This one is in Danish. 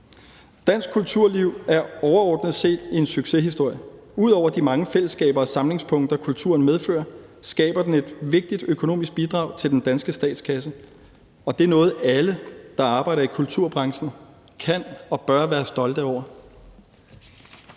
Dansk kulturliv er overordnet set en succeshistorie. Ud over de mange fællesskaber og samlingspunkter, kulturen medfører, skaber den et vigtigt økonomisk bidrag til den danske statskasse, og det er noget, alle, der arbejder i kulturbranchen, kan og bør være stolte over.